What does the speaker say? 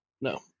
No